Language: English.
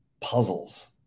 puzzles